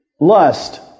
lust